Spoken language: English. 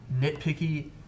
nitpicky